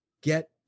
Get